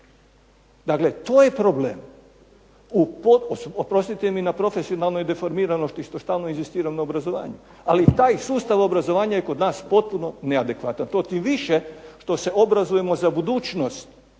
Dakle, to je problem. Oprostite mi na profesionalnoj deformiranosti što stalno inzistiram na obrazovanju, ali taj sustav obrazovanja je kod nas potpuno neadekvatan, to tim više što se obrazujemo za budućnost,